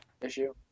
issue